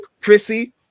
Chrissy